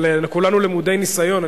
אבל כולנו למודי ניסיון.